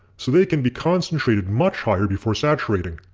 so they can be concentrated much higher before saturating.